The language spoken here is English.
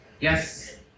Yes